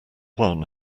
one